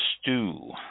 stew